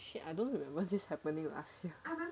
shit I don't remember this happening last year